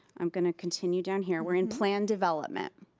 i'm going to continue down here. we're in plan ddevelopment.